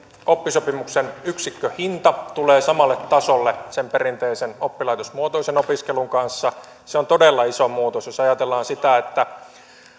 oppisopimuksen yksikköhinta tulee samalle tasolle sen perinteisen oppilaitosmuotoisen opiskelun kanssa se on todella iso muutos jos ajatellaan sitä että